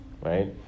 right